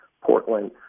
Portland